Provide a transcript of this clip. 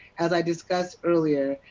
as i discussed earlier,